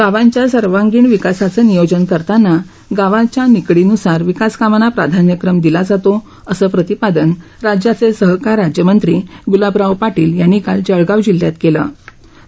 गावांच्या सर्वांगीण विकासांचं नियोजन करतांना गांवाच्या निकडीनुसार विकास कामांना प्राध्यान्यक्रम दिला जातो अस प्रतिपादन राज्याचे सहकार राज्यमंत्री गुलाबराव पाटील यांनी काल जळगाव जिल्ह्यात निमगाव इथं केलं